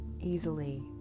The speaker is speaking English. easily